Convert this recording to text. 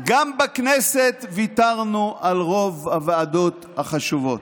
גם בכנסת ויתרנו על רוב הוועדות החשובות.